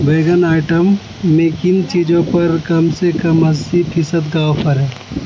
vision item میں کن چیزوں پر کم سےکم اسی فیصد کا آفر ہے